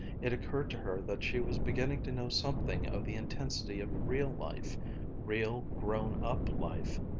it occurred to her that she was beginning to know something of the intensity of real life real grown-up life.